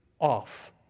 off